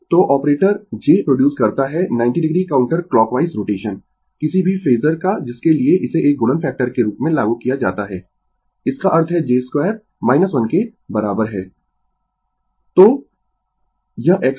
तो operator j produce करता है 90 o काउंटर क्लॉकवाइज रोटेशन किसी भी फेजर का जिसके लिए इसे एक गुणन फैक्टर के रूप में लागू किया जाता है इसका अर्थ है j 2 - 1 के बराबर है तो यह x है